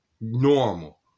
normal